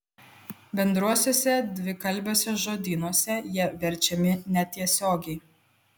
bendruosiuose dvikalbiuose žodynuose jie verčiami netiesiogiai